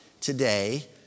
today